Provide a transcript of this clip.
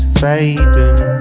fading